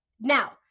Now